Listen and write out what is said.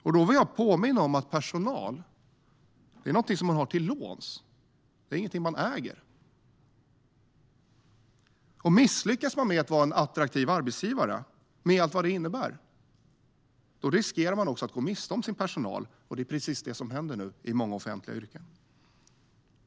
Jag vill påminna om att personal är något man har till låns. De är inget man äger. Om man misslyckas med att vara en attraktiv arbetsgivare, med allt vad det innebär, riskerar man också att gå miste om sin personal. Det är precis vad som händer i många offentliga yrken.